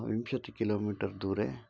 विंशतिः किलोमीटर् दूरे